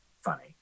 funny